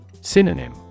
Synonym